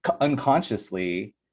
unconsciously